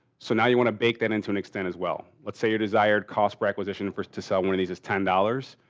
so, now you want to bake that into an extent as well. let's say your desired cost per acquisition forced to sell one of these is ten dollars.